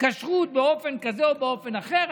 כשרות באופן כזה או באופן אחר,